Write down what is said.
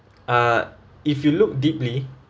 uh if you look deeply